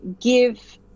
Give